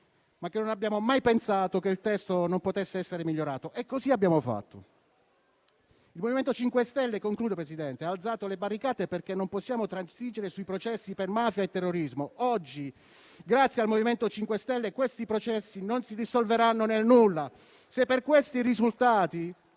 Non abbiamo mai pensato che il testo non potesse essere migliorato e così abbiamo fatto. Il MoVimento 5 Stelle ha alzato le barricate perché non possiamo transigere sui processi per mafia e terrorismo; oggi, grazie al MoVimento 5 Stelle, questi processi non si dissolveranno nel nulla. Se per questi risultati